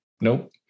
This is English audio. nope